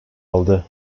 aldı